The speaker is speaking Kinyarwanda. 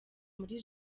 muri